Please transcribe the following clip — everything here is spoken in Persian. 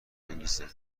انگیزه